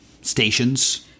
stations